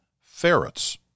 ferrets